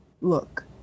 Look